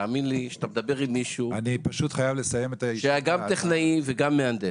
תאמין לי שאתה מדבר עם מישהו שהיה גם טכנאי וגם מהנדס.